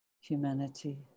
humanity